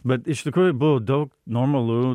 bet iš tikrųjų buvo daug normalu